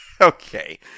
Okay